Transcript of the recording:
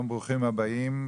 ברוכים הבאים.